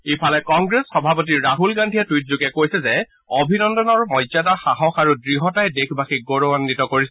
ইফালে কংগ্ৰেছ সভাপতি ৰাহুল গান্ধীয়ে টুইট যোগে কৈছে যে অভিনন্দনৰ মৰ্যাদা সাহস আৰু দৃঢ়তাই দেশবাসীক গৌৰাৱাৱিত কৰিছে